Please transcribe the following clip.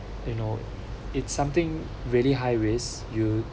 you know it's something really high risk you